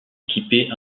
équipé